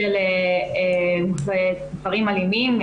-- -גברים אלימים,